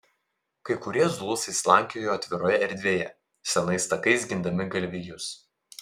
kai kurie zulusai slankiojo atviroje erdvėje senais takais gindami galvijus